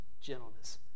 gentleness